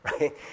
right